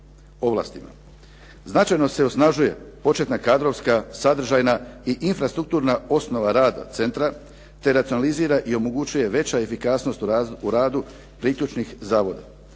Značajno se osnažuje početna kadrovska, sadržajna i infrastrukturna osnova rada centra, te racionalizira i omogućuje veća efikasnost u radu priključnih zavoda.